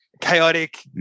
chaotic